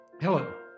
Hello